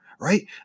right